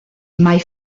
mai